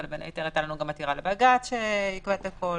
אבל בין היתר היתה לנו גם עתירה לבג"צ שעיכבה את הכול